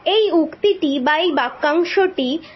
এই উক্তিটি বা এই বাক্যাংশটি